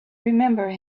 remember